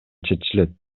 чечилет